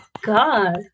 God